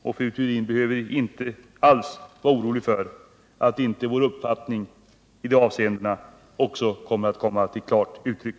Fru Theorin behöver inte alls vara orolig för att inte vår uppfattning i dessa avseenden kommer att komma till klart uttryck.